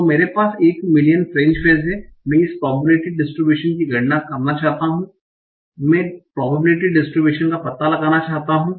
तो मेरे पास 1 मिलियन फ़्रेंच फ़्रेज हैं मैं इस प्रोबेबिलिटी डिस्ट्रिब्यूशन की गणना करना चाहता हूं मैं प्रोबेबिलिटी डिस्ट्रिब्यूशन का पता लगाना चाहता हूं